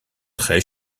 très